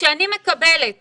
כשאני מקבלת